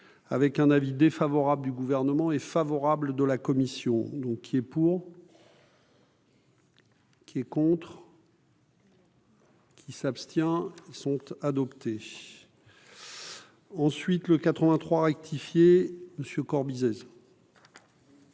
avec un avis défavorable du gouvernement est favorable de la commission, donc il est pour. Qui est contre. Qui s'abstient ils sont adoptés ensuite le 83 rectifié monsieur